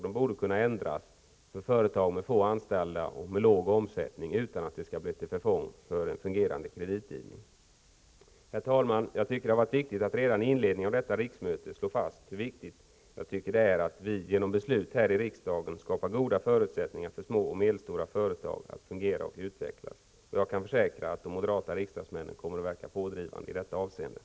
De borde kunna ändras för företag med få anställda och låg omsättning utan att det blir till förfång för en fungerande kreditgivning. Herr talman! Jag har tyckt det vara viktigt att redan i inledningen av detta riksmöte slå fast hur viktigt jag tycker det är att vi, genom beslut i riksdagen, skapar goda förutsättningar för små och medelstora företag att fungera och utvecklas, och jag kan försäkra att de moderata riksdagsmännen kommer att verka pådrivande i detta avseende.